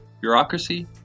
Bureaucracy